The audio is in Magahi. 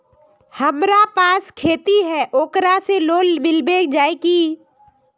हमरा पास खेती है ओकरा से लोन मिलबे जाए की?